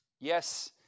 yes